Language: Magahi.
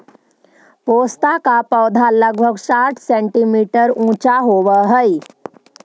पोस्ता का पौधा लगभग साठ सेंटीमीटर ऊंचा होवअ हई